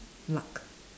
luck